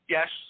Yes